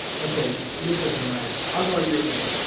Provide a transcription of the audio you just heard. okay, lucas right. i'll go your way,